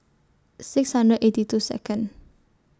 six hundred eighty two Second